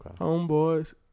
Homeboys